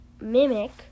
mimic